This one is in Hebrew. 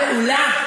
התורה מעולה.